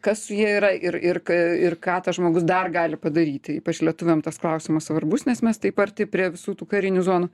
kas su ja yra ir ir ir ką ir ką tas žmogus dar gali padaryti ypač lietuviam klausimas svarbus nes mes taip arti prie visų tų karinių zonų